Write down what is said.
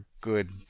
good